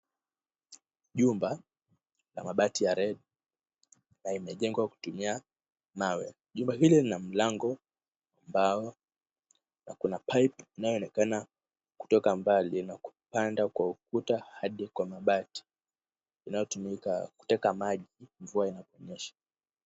Jumba la mabati ya red na imejengwa kwa kutumia mawe. Jumba hili lina mlango ya mbao na kuna pipe inayoonekana kutoka mbali na kupanda kwa ukuta hadi kwa mabati inayotumika kuteka maji mvua inaponyesha.